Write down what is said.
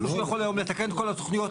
כמו שהוא יכול היום לתקן את כל התוכניות.